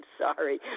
sorry